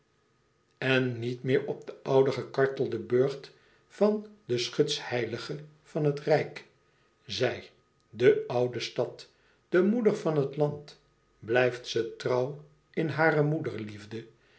en niet meer op den ouden gekartelden burcht van den schutsheilige van het rijk zij de oude stad de moeder van het land blijft ze trouw in hare